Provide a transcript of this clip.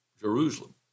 Jerusalem